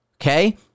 Okay